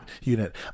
unit